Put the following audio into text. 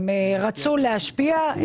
הם רצו להשפיע,